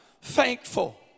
thankful